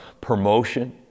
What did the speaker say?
promotion